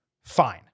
fine